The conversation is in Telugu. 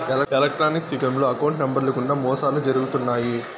ఎలక్ట్రానిక్స్ యుగంలో అకౌంట్ నెంబర్లు గుండా మోసాలు జరుగుతున్నాయి